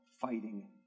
fighting